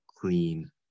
clean